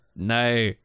No